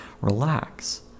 relax